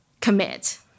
commit